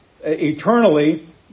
eternally